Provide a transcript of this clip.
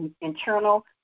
internal